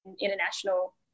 international